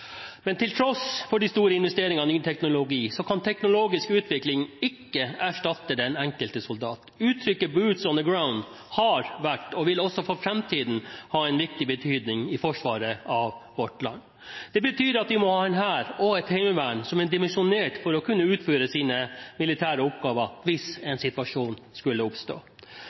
Men til tross for de store investeringene i ny teknologi kan ikke teknologisk utvikling erstatte den enkelte soldat. Uttrykket «boots on the ground» har hatt og vil også for framtiden ha en viktig betydning i forsvaret av vårt land. Det betyr at vi må ha en hær og et heimevern som er dimensjonert for å kunne utføre sine militære oppgaver hvis en situasjon skulle oppstå.